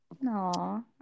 no